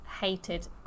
hated